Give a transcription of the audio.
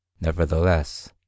Nevertheless